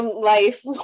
life